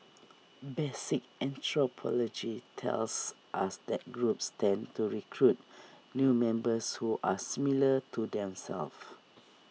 basic anthropology tells us that groups tend to recruit new members who are similar to themselves